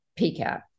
PCAP